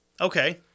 Okay